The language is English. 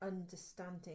understanding